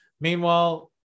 Meanwhile